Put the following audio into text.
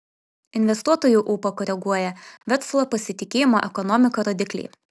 investuotojų ūpą koreguoja verslo pasitikėjimo ekonomika rodikliai